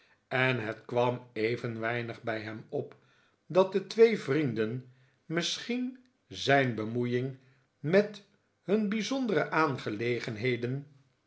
en het kwam even weinig bij hem op dat de twee vrienden misschien zijn bemoeiing met hun bijzondere